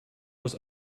was